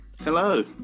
Hello